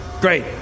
Great